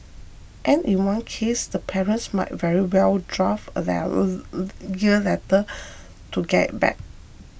and in one case the parents might very well draft a letter to get it back